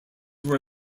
were